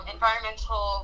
Environmental